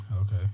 Okay